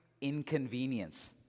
inconvenience